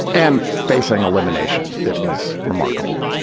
and facing elimination. that was remarkable.